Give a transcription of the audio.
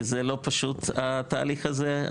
כי זה לא פשוט התהליך הזה,